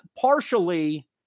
partially